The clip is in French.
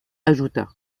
ajouta